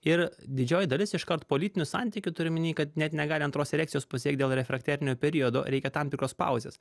ir didžioji dalis iškart po lytinių santykių turiu omeny kad net negali antros erekcijos pasiekt dėl refrakterinio periodo reikia tam tikros pauzės